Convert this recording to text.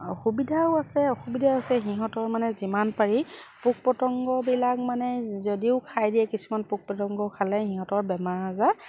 অ সুবিধাও আছে অসুবিধাও আছে সিহঁতৰ মানে যিমান পাৰি পোক পতংগবিলাক মানে যদিও খাই দিয়ে কিছুমান পোক পতংগ খালে সিহঁতৰ বেমাৰ আজাৰ